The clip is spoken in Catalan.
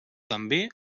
també